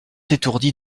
étourdis